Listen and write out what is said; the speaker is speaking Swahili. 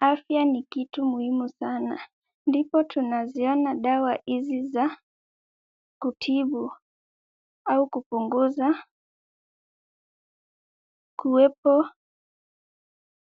Afya ni kitu muhimu sana, ndipo tunaziona dawa hizi za kutibu au kupunguza kuwepo